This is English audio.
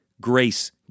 grace